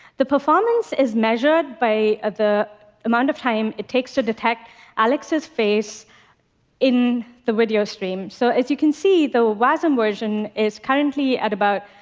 the performance is measured by the amount of time it takes to detect alex's face in the video stream. so as you can see, the wasm version is currently at about